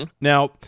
Now